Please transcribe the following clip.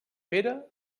pere